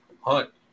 hunt